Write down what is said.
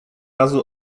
razu